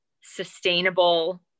sustainable